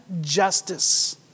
justice